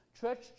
church